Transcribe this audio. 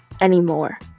anymore